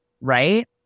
right